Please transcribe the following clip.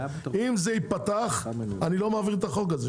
אם זה יפתח אני לא מעביר את החוק הזה,